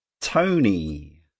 Tony